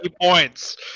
points